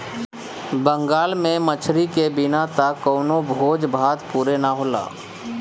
बंगाल में मछरी के बिना त कवनो भोज भात पुरे ना होला